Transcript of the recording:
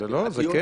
אתה יודע.